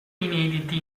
inediti